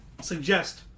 suggest